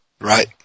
Right